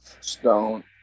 Stone